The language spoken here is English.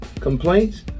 complaints